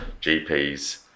GPs